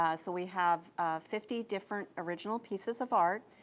ah so we have fifty different original pieces of art,